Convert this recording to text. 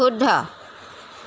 শুদ্ধ